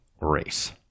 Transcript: race